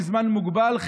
לזמן מוגבל,